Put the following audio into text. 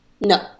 No